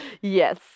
Yes